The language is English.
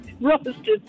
roasted